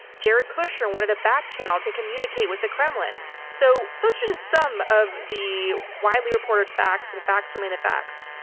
jared kushner and wanted a back channel to communicate with the kremlin. so that's just some of the widely reported facts and facts remain the facts.